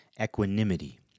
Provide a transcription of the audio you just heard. equanimity